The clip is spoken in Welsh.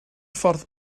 ffordd